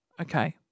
Okay